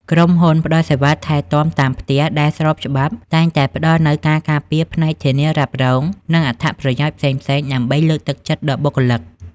ក្រុមហ៊ុនផ្ដល់សេវាថែទាំតាមផ្ទះដែលស្របច្បាប់ តែងតែផ្តល់នូវការការពារផ្នែកធានារ៉ាប់រង និងអត្ថប្រយោជន៍ផ្សេងៗដើម្បីលើកទឹកចិត្តដល់បុគ្គលិក។